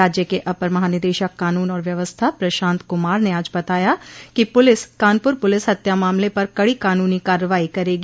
राज्य के अपर महानिदेशक कानून और व्यवस्था प्रशांत कुमार ने आज बताया कि पुलिस कानपुर पुलिस हत्या मामले पर कड़ी कानूनी कार्रवाई करेगी